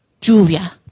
Julia